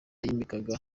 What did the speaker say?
yimikaga